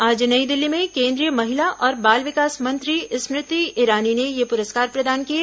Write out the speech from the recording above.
आज नई दिल्ली में केंद्रीय महिला और बाल विकास मंत्री स्मृति ईरानी ने ये प्रस्कार प्रदान किए